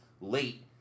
late